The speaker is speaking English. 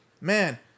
man